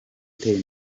utera